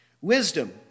Wisdom